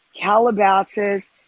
Calabasas